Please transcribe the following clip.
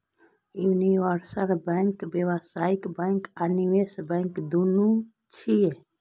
universal bank व्यावसायिक bank आ निवेश बैंक, दुनू छियै